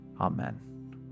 amen